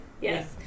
Yes